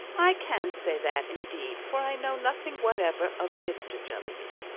i can't say that, indeed, for i know nothing whatever of mr. jellyby.